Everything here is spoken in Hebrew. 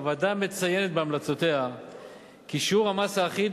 הוועדה מציינת בהמלצותיה כי שיעור המס האחיד,